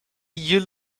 you